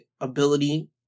ability